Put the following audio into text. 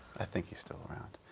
i think he's still around.